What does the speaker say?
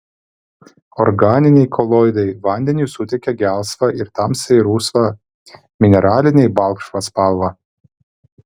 organiniai koloidai vandeniui suteikia gelsvą ir tamsiai rusvą mineraliniai balkšvą spalvą